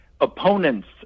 opponents